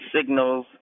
signals